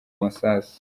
masasu